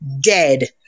dead